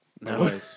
No